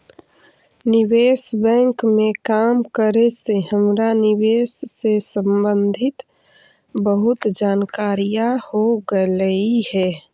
निवेश बैंक में काम करे से हमरा निवेश से संबंधित बहुत जानकारियाँ हो गईलई हे